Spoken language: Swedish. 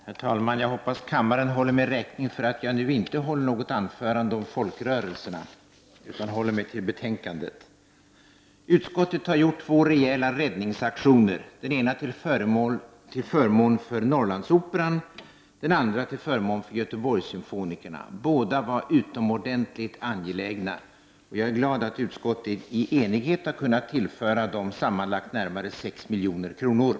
Herr talman! Jag hoppas kammaren håller mig räkning för att jag nu inte håller något anförande om folkrörelserna utan ägnar mig åt betänkandet. Utskottet har gjort två rejäla räddningsaktioner, den ena till förmån för Norrlandsoperan och den andra till förmån för Göteborgssymfonikerna. Båda var utomordentligt angelägna, och jag är glad att utskottet i enighet har kunnat tillföra dem sammanlagt närmare 6 milj.kr.